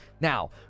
Now